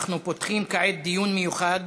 אנחנו פותחים כעת דיון מיוחד